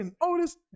Otis